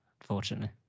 unfortunately